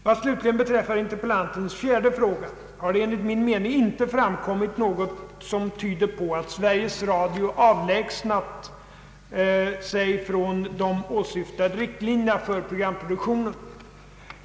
Vad slutligen beträffar interpellantens fjärde fråga har det enligt min mening inte framkommit något som tyder på att Sveriges Radio avlägsnat sig från de åsyftade riktlinjerna för programproduktionen.